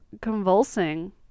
Convulsing